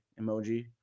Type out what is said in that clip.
emoji